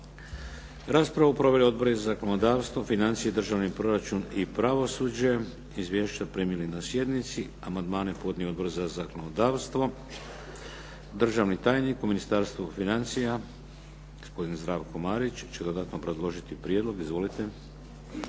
Raspravu su proveli odbori za zakonodavstvo, financije, državni proračun i pravosuđe. Izvješća ste primili na sjednici. Amandmane je podnio Odbor za zakonodavstvo. Državni tajnik u Ministarstvu financija gospodin Zdravko Marić će dodatno obrazložiti prijedlog. Izvolite.